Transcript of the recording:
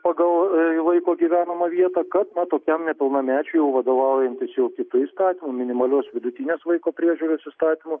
pagal vaiko gyvenamą vietą kad na tokiam nepilnamečiui jau vadovaujantis jau kitu įstatymu minimalios vidutinės vaiko priežiūros įstatymu